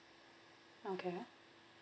okay